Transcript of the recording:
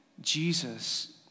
Jesus